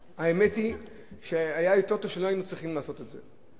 האמת היא שהיה יותר טוב אם לא היינו צריכים לעשות את זה,